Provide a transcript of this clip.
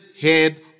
head